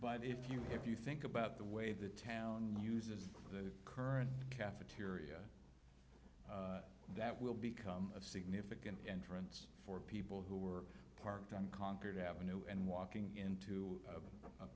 but if you if you think about the way the town uses the current cafeteria that will become a significant entrance for people who were parked on concord avenue and walking into a